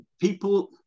people